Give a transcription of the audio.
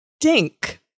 dink